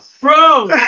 Bro